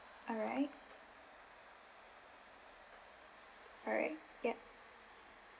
alright alright yup